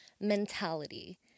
mentality